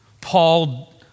Paul